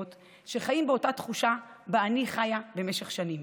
שחיים באותה תחושה שבה אני חיה במשך שנים.